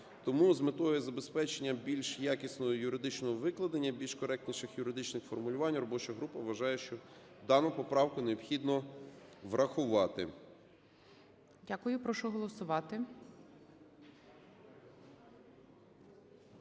Тому з метою забезпечення більш якісного юридичного викладення, більш коректніших юридичних формулювань робоча група вважає, що дану поправку необхідно врахувати. ГОЛОВУЮЧИЙ. Дякую. Прошу голосувати.